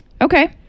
Okay